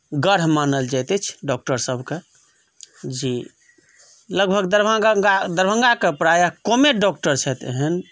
गढ़ मानल जायत अछि डॉक्टर सबके जे लगभग दरभंगा के प्रायः कमे डॉक्टर छथि एहन